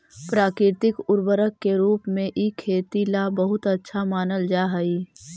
प्राकृतिक उर्वरक के रूप में इ खेती ला बहुत अच्छा मानल जा हई